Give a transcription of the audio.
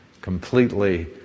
completely